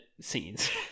scenes